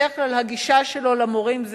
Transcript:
בדרך כלל, הגישה שלו למורה היא: